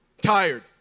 tired